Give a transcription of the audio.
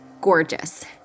gorgeous